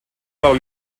del